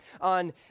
on